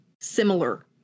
similar